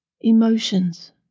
emotions